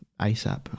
ASAP